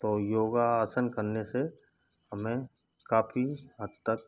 तो योगासन करने से हमें काफ़ी हद तक